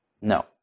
No